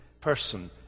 person